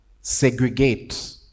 segregate